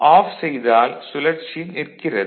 of செய்தால் சுழற்சி நிற்கிறது